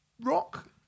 rock